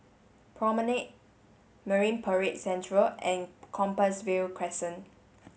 Promenade Marine Parade Central and Compassvale Crescent